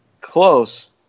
Close